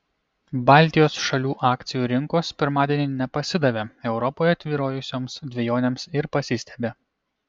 baltijos šalių akcijų rinkos pirmadienį nepasidavė europoje tvyrojusioms dvejonėms ir pasistiebė